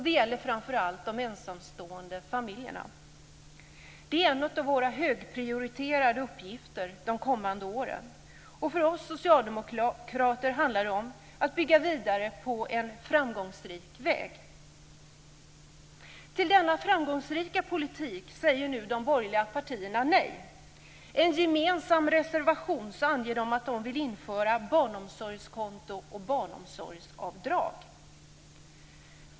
Det gäller framför allt familjer med ensamstående föräldrar. Det är en av våra högprioriterade uppgifter de kommande åren. För oss socialdemokrater handlar det om att bygga vidare på en framgångsrik väg. Till denna framgångsrika politik säger nu de borgerliga partierna nej. I en gemensam reservation anger de att de vill införa barnomsorgskonto och barnomsorgsavdrag.